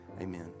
Amen